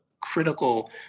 critical